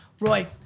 Roy